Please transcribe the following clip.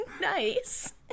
Nice